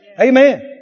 Amen